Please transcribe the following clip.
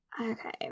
okay